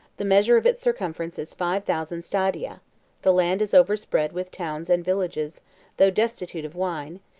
the measure of its circumference is five thousand stadia the land is overspread with towns and villages though destitute of wine,